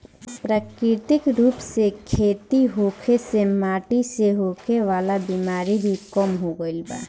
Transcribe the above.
प्राकृतिक रूप से खेती होखे से माटी से होखे वाला बिमारी भी कम हो गईल बा